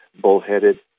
bullheaded